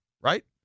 right